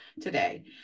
today